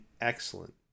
excellent